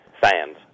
fans